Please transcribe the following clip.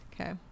Okay